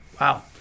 Wow